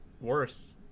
worse